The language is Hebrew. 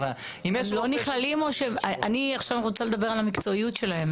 אני עכשיו רוצה לדבר על המקצועיות שלהם,